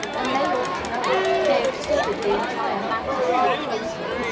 and they ought to know they have studied the entire matter so closely.